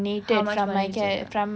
how much money